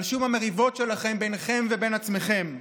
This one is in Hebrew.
על שום המריבות שלכם ביניכם ובין עצמכם.